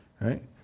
right